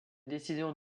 décisions